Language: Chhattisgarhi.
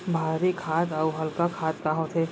भारी खाद अऊ हल्का खाद का होथे?